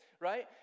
right